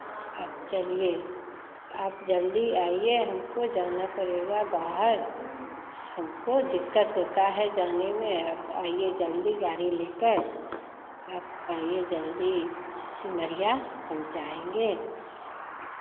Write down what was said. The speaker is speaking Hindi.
सो आप चलिए से आप जल्दी आइए हमको जाना पड़ेगा बाहर से हमको दिक्कत होता है जाने में आप आइए जल्दी गाड़ी लेकर से आप आइए जल्दी सिमरिया हम जाएंगे